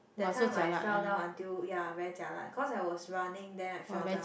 that time I fell down until ya very jialat cause I was running then I fell down